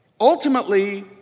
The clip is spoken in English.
Ultimately